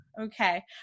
Okay